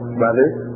brothers